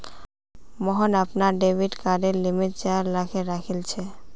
मोहन अपनार डेबिट कार्डेर लिमिट चार लाख राखिलछेक